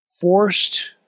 forced